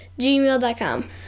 gmail.com